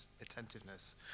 attentiveness